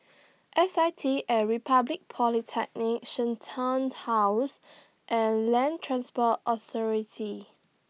S I T At Republic Polytechnic Shenton House and Land Transport Authority